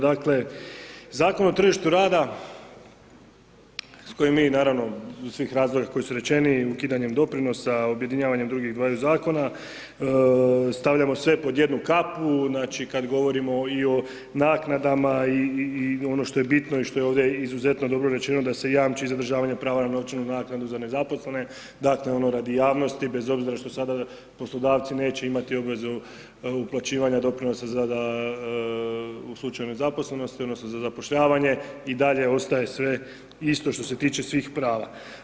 Dakle, Zakon o tržištu rada s kojim mi naravno iz svih razloga koji su rečeni i ukidanjem doprinosa, objedinjavanjem drugih dvaju Zakona, stavljamo sve pod jednu kapu, znači kad govorimo i o naknadama i ono što je bitno i što je ovdje izuzetno dobro rečeno da se jamči zadržavanje prava na novčanu naknadu za nezaposlene, dakle ono radi javnosti, bez obzira što sada poslodavci neće imati obvezu uplaćivanja doprinosa u slučaju nezaposlenosti odnosno za zapošljavanje, i dalje ostaje sve isto što se tiče svih prava.